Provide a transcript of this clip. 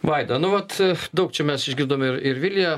vaida nu vat daug čia mes išgirdome ir ir vilija